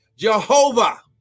Jehovah